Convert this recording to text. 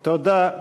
תודה.